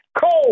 cold